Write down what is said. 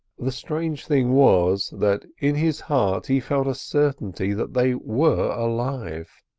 the strange thing was, that in his heart he felt a certainty that they were alive.